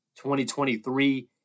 2023